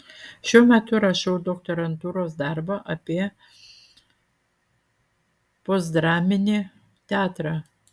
šiuo metu rašau doktorantūros darbą apie postdraminį teatrą